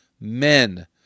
men